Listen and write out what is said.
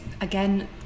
again